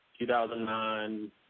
2009